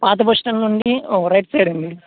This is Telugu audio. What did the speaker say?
పాత బస్టాండ్ నుండి రైట్ సైడ్ అండి